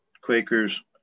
Quakers